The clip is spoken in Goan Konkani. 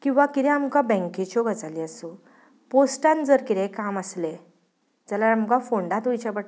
किंवां कितें आमकां बॅंकेच्यो गजाली आसूं पॉस्टांत जर कितेंय काम आसलें जाल्यार आमकां फोंडाच वयचें पडटा